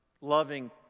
loving